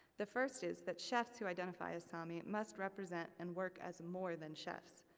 the first is that chefs who identify as sami, must represent, and work, as more than chefs.